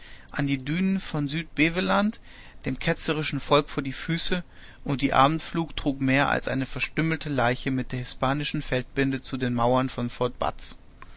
dünen von südbeveland dem ketzerischen volk vor die füße und die abendflut trug mehr als eine verstümmelte leiche mit der hispanischen feldbinde zu den mauern von